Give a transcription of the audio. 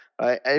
Right